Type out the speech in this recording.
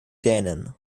dänen